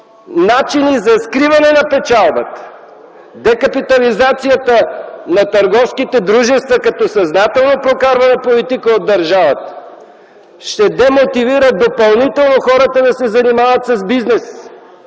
начини за скриване на печалбата. Декапитализацията на търговските дружества като съзнателно прокарвана политика от държавата ще демотивира допълнително хората да се занимават с бизнес.